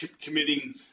committing